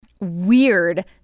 weird